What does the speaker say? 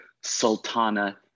Sultana